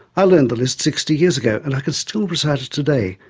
i learned the list sixty years ago, and i can still recite it today,